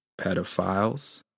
pedophiles